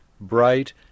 bright